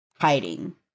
hiding